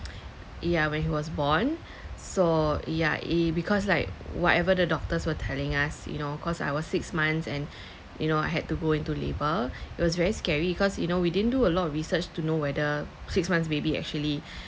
yeah when he was born so yeah eh because like whatever the doctors were telling us you know cause I was six months and you know I had to go into labour it was very scary cause you know we didn't do a lot of research to know whether six months' baby actually